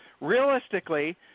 Realistically